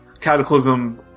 Cataclysm